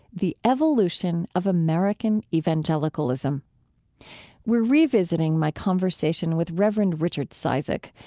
the evolution of american evangelicalism. we're revisiting my conversation with reverend richard cizik,